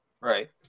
Right